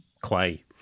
clay